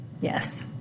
Yes